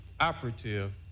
operative